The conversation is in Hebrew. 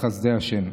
בחסדי השם.